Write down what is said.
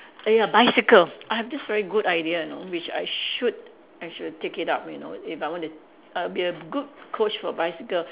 !aiya! bicycle I have this very good idea you know which I should I should take it up you know if I want to I'll be a good Coach for bicycle